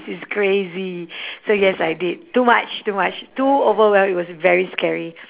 is crazy so yes I did too much too much too overwhelming it was very scary